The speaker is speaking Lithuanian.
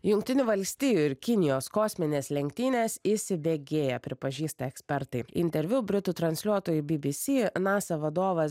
jungtinių valstijų ir kinijos kosminės lenktynės įsibėgėja pripažįsta ekspertai interviu britų transliuotojui bbc nasa vadovas